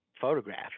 photograph